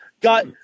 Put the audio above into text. got